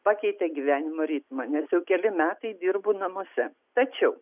pakeitė gyvenimo ritmą nes jau keli metai dirbu namuose tačiau